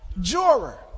Juror